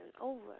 over